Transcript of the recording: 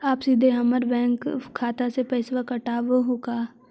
आप सीधे हमर बैंक खाता से पैसवा काटवहु का?